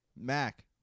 Mac